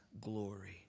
glory